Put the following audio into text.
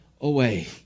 away